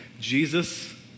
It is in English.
Jesus